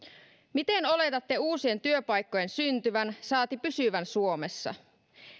miten oletatte uusien työpaikkojen syntyvän saati pysyvän suomessa